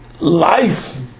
Life